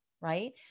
right